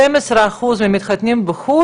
12 אחוזים מהמתחתנים בחו"ל,